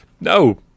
No